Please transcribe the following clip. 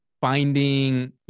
finding